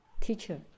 teacher